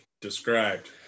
described